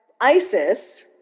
ISIS